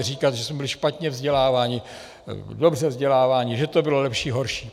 Říkat, že jsme byli špatně vzděláváni, dobře vzděláváni, že to bylo lepší, horší...